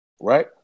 right